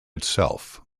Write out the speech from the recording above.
itself